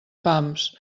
pams